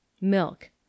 Milk